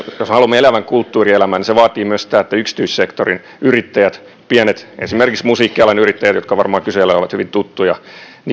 jos haluamme elävän kulttuurielämän se vaatii myös sitä että yksityissektorin yrittäjät esimerkiksi pienet musiikkialan yrittäjät jotka varmaan kysyjälle ovat hyvin tuttuja